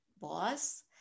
boss